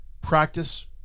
practice